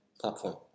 platform